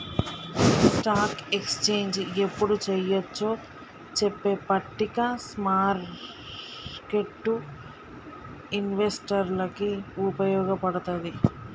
stock exchange యెప్పుడు చెయ్యొచ్చో చెప్పే పట్టిక స్మార్కెట్టు ఇన్వెస్టర్లకి వుపయోగపడతది